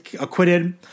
acquitted